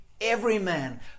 everyman